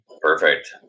Perfect